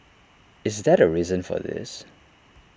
is that A reason for this